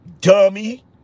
dummy